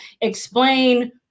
explain